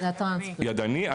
ידני,